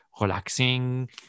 relaxing